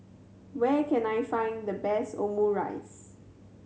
where can I find the best Omurice